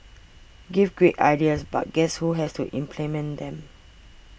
gives great ideas but guess who has to implement them